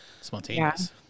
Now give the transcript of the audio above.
Spontaneous